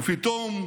ופתאום,